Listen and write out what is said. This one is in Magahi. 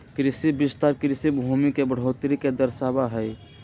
कृषि विस्तार कृषि भूमि में बढ़ोतरी के दर्शावा हई